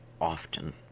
often